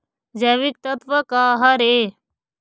जैविकतत्व का हर ए?